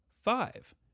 five